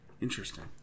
Interesting